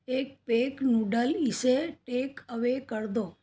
एक pack noodle इसे takeaway कर दो